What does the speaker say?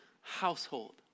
household